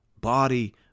body